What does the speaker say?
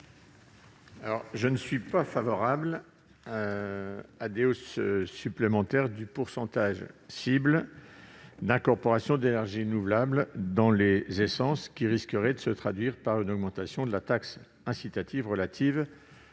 Je ne suis pas favorable à des hausses supplémentaires du pourcentage cible d'incorporation d'énergies renouvelables dans les essences, qui risquerait de se traduire par une augmentation de la taxe incitative relative